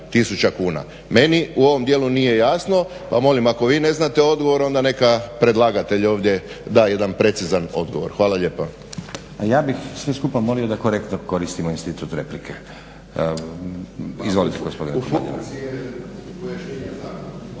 tisuća kuna. Meni u ovom dijelu nije jasno, pa molim ako vi ne znate odgovor, onda neka predlagatelj ovdje da jedan precizan odgovor. Hvala lijepa. **Stazić, Nenad (SDP)** Pa ja bih sve skupa molio da korektno koristimo institut replike. Izvolite gospodine